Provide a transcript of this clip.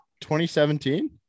2017